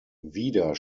wieder